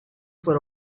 for